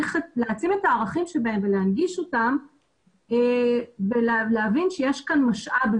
לשים את הערכים בהם ולהנגיש אותם ולהבין שיש כאן משאב.